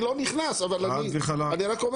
אני לא קיבלתי אני אף פעם לא קיבלתי הסבר באמת